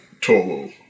Toro